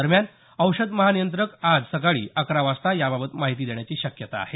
दरम्यान औषध महानियंत्रक आज सकाळी अकरा वाजता याबाबत माहिती देण्याची शक्यता आहे